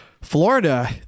Florida